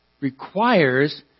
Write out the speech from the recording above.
requires